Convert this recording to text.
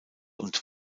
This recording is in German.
und